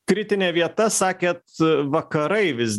kritinė vieta sakėt vakarai vis